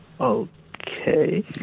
Okay